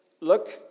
look